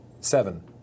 seven